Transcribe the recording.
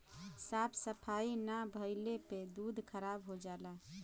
साफ सफाई ना भइले पे दूध खराब हो जाला